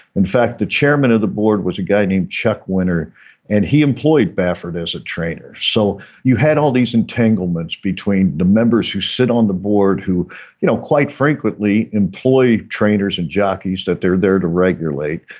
in fact the chairman of the board was a guy named chuck winter and he employed baffert as a trainer. so you had all these entanglements between the members who sit on the board who you know quite frequently employed trainers and jockeys that they're there to regulate.